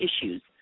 Issues